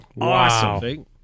awesome